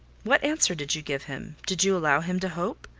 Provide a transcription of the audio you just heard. what answer did you give him did you allow him to hope?